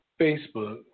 Facebook